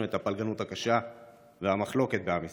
את הפלגנות הקשה והמחלוקת בעם ישראל.